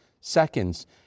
seconds